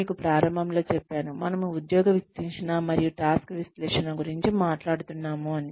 నేను మీకు ప్రారంభంలోనే చెప్పాను మనము ఉద్యోగ విశ్లేషణ మరియు టాస్క్ విశ్లేషణ గురించి మాట్లాడుతున్నాము